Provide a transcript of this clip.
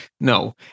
no